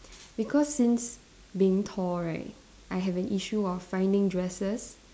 because since being tall right I have an issue of finding dresses